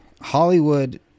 Hollywood